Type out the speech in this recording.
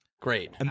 great